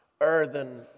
earthen